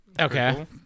Okay